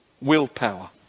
willpower